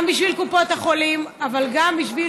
גם בשביל קופות החולים אבל גם בשביל